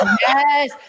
Yes